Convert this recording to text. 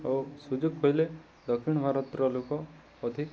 ଓ ସୁଯୋଗ ପାଇଲେ ଦକ୍ଷିଣ ଭାରତର ଲୋକ ଅଧିକ